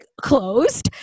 closed